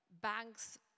banks